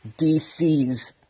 DC's